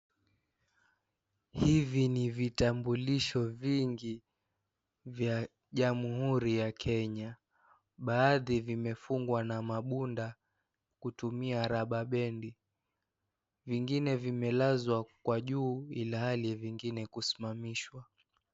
Hivi ni vitambulisho vingi vya jamuhuri ya Kenya. Baadhi vimefungwa na mapunda kutumia raba bendi. Vingine vimelazwa kwa juu ilhali vingine kusimamishwa.